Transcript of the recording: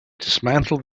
dismantled